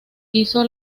hizo